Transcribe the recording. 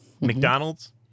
McDonald's